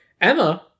Emma